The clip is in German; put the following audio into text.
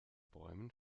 bäumen